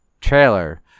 trailer